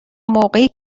موقعی